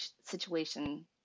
situation